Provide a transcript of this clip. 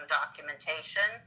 documentation